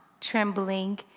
trembling